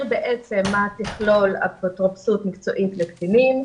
בעצם מה תכלול אפוטרופסות מקצועית לקטינים.